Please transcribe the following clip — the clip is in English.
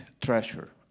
treasure